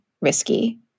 risky